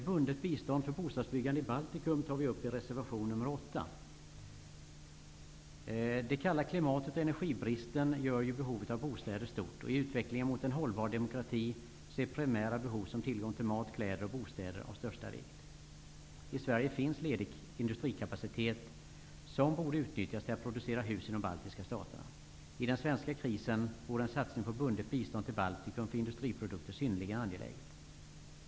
Bundet bistånd för bostadsbyggande i Baltikum tar vi upp i reservation nr 8. Det kalla klimatet och energibristen gör behovet av bostäder stort. I utvecklingen mot en hållbar demokrati är primära behov som tillgång till mat, kläder och bostäder av största vikt. I Sverige finns ledig industrikapacitet som borde utnyttjas till att producera hus i de baltiska staterna. I den svenska krisen vore en satsning på bundet bistånd tilll Baltikum för industriprodukter synnerligen angeläget.